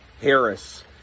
Harris